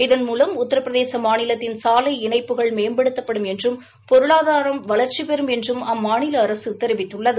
இதன் மூலம் உத்திரபிரதேச மாநிலத்தின் சாலை இணைப்புகள் மேம்படுத்தப்படும் என்றும் பொருளாதாரம் வளர்ச்சிபெறும் என்றும் அம்மாநில அரசு தெரிவித்துள்ளது